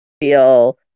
feel